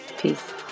Peace